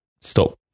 stop